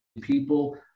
people